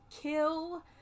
kill